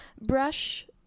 brush